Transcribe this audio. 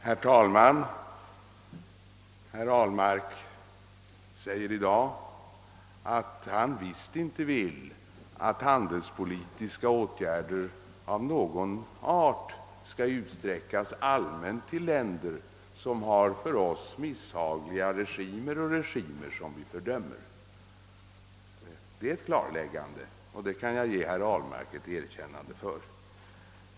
Herr talman! Herr Ahlmark säger i dag att han visst inte vill att handelspolitiska åtgärder av någon art skall utsträckas allmänt till länder som har för oss misshagliga regimer och regimer som vi fördömer. Detta är ett klarläggande, och det kan jag ge herr Ahlmark ett erkännande för.